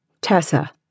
Tessa